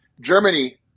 Germany